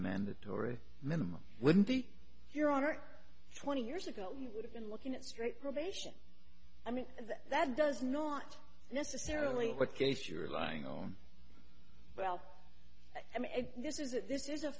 mandatory minimum wouldn't be your honor twenty years ago you would have been looking at straight probation i mean that does not necessarily the case you're lying or well i mean this is